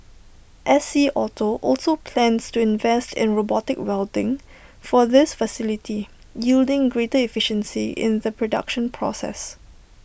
S C auto also plans to invest in robotic welding for this facility yielding greater efficiency in the production process